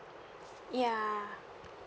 ya